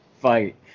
fight